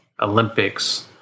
Olympics